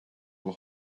will